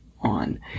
on